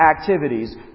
activities